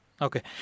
Okay